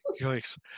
Yikes